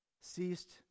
ceased